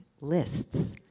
lists